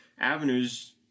avenues